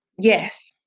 yes